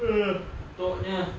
mengantuknya